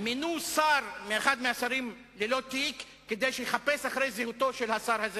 מינו שר מאחד השרים ללא תיק כדי שיחפש אחר זהותו של השר הזה,